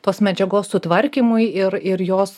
tos medžiagos sutvarkymui ir ir jos